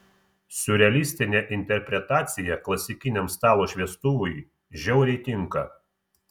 siurrealistinė interpretacija klasikiniam stalo šviestuvui žiauriai tinka